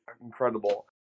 incredible